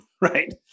Right